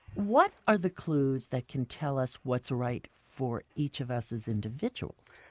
what are the clues that can tell us what's right for each of us as individuals?